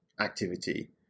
activity